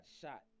shot